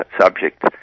subject